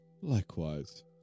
Likewise